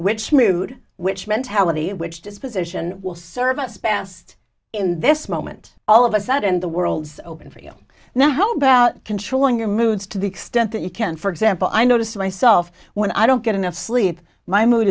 which mood which mentality which disposition will serve us best in this moment all of a sudden the world's open for you now how about controlling your moods to the extent that you can for example i noticed myself when i don't get enough sleep my mood